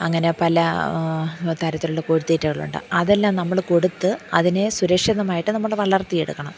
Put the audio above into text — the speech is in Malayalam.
അങ്ങനെ പല തരത്തിലുള്ള കോഴിത്തീറ്റകളുണ്ട് അതെല്ലാം നമ്മൾ കൊടുത്ത് അതിനെ സുരക്ഷിതമായിട്ട് നമ്മൾ വളർത്തിയെടുക്കണം